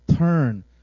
Turn